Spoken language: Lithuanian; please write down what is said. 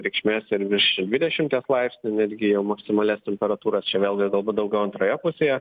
reikšmės ir virš dvidešimties laipsnių netgi maksimalias temperatūras čia vėlgi galbūt daugiau antroje pusėje